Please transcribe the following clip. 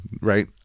right